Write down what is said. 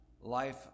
life